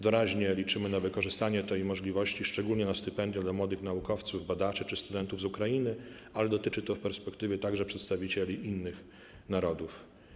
Doraźnie liczymy na wykorzystanie tej możliwości szczególnie na stypendium dla młodych naukowców, badaczy czy studentów z Ukrainy, ale dotyczy to w perspektywie także przedstawicieli innych narodów.